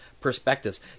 perspectives